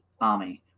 army